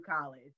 college